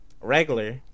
regular